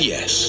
Yes